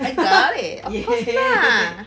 I got it of course lah